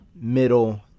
middle